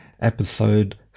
episode